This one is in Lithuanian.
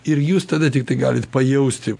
ir jūs tada tiktai galit pajausti